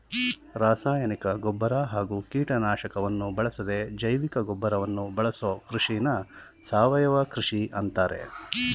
ರಾಸಾಯನಿಕ ಗೊಬ್ಬರ ಹಾಗೂ ಕೀಟನಾಶಕವನ್ನು ಬಳಸದೇ ಜೈವಿಕಗೊಬ್ಬರವನ್ನು ಬಳಸೋ ಕೃಷಿನ ಸಾವಯವ ಕೃಷಿ ಅಂತಾರೆ